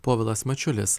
povilas mačiulis